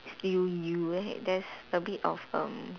still you eh that's a bit of erm